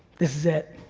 this is it.